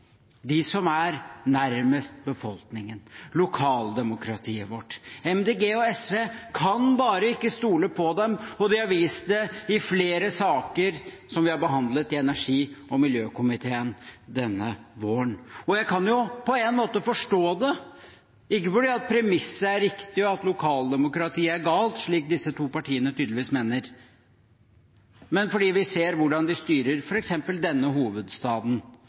de som er nærmest befolkningen, lokaldemokratiet vårt. Miljøpartiet De Grønne og SV kan bare ikke stole på dem, og de har vist det i flere saker som vi har behandlet i energi- og miljøkomiteen denne våren. Jeg kan jo på en måte forstå det, ikke fordi premisset er riktig og at lokaldemokratiet er galt, slik disse to partiene tydeligvis mener, men fordi vi ser hvordan de styrer f.eks. denne hovedstaden